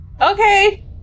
Okay